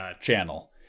channel